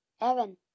Evan